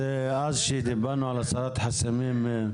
זה אז שדיברנו על הסרת חסמים.